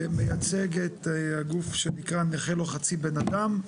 מייצג את הגוף שנקרא נכה לא חצי בן אדם.